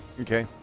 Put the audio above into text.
Okay